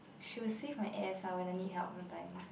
she will save my ass ah when I need help sometimes